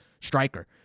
striker